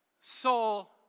soul